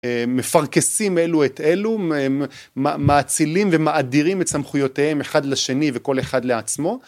מפרכסים אלו את אלו מאצילים ומאדירים את סמכויותיהם אחד לשני וכל אחד לעצמו